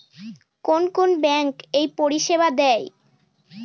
কোন কোন ব্যাঙ্ক এই পরিষেবা দেয়?